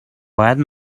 باید